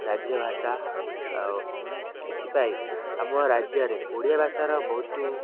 ରାଜ୍ୟ ଭାଷା ଆଉ ଏଥିପାଇଁ ଆମ ରାଜ୍ୟରେ ଓଡ଼ିଆ ଭାଷାର ବହୁତ